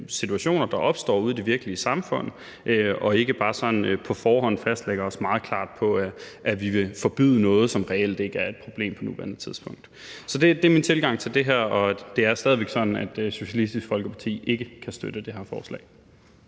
der opstår ude i det virkelige samfund, og ikke bare sådan på forhånd lægger os meget fast på, at vi vil forbyde noget, som reelt ikke er et problem på nuværende tidspunkt. Så det er min tilgang til det her, og det er stadig væk sådan, at Socialistisk Folkeparti ikke kan støtte det her forslag.